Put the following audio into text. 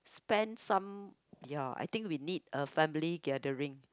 spend some ya I think we need a family gathering